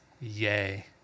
yay